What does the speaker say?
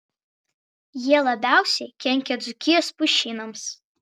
jie labiausiai kenkia dzūkijos pušynams